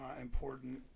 important